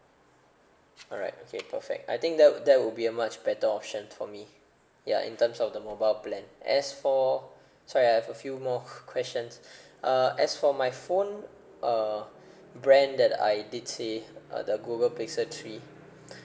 alright okay perfect I think that would that would be a much better option for me ya in terms of the mobile plan as for sorry I have a few more questions uh as for my phone uh brand that I did say uh the google pixel three